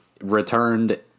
returned